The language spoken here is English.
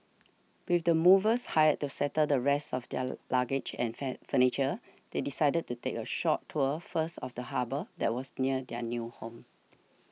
with the movers hired to settle the rest of their luggage and furniture they decided to take a short tour first of the harbour that was near their new home